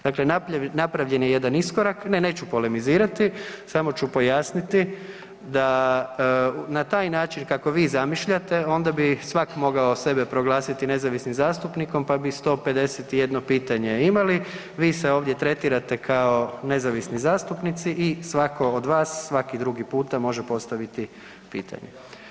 Dakle, napravljen je jedan iskorak, ne, neću polemizirati, samo ću pojasniti da na taj način kako vi zamišljate, onda bi svak mogao sebe proglasiti nezavisnim zastupnikom pa bi 151 pitanje imali, vi se ovdje tretirate kao nezavisni zastupnici i svako od vas, svaki drugi puta može postaviti pitanje.